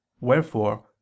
wherefore